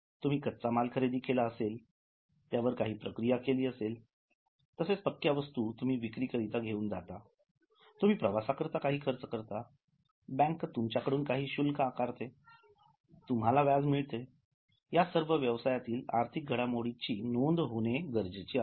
तुम्ही कच्चा माल खरेदी केला असेल त्यावर काही प्रक्रिया केली तसेच पक्क्या वस्तू तुम्ही विक्री करीता घेऊन जाता तुम्ही प्रवासाकरिता काही खर्च करता बँक तुमच्याकडून काही शुल्क आकारते तुम्हाला व्याज मिळते या सर्व व्यवसायातील आर्थिक घडामोडीची नोंद होने गरजेचे आहे